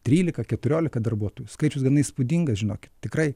trylika keturiolika darbuotojų skaičius gana įspūdingas žinokit tikrai